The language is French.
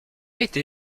été